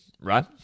Right